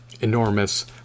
enormous